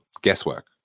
guesswork